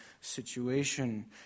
situation